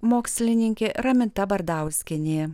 mokslininkė raminta bardauskienė